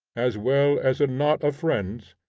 as well as a knot of friends,